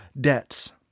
debts